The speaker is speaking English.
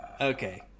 Okay